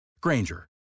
Granger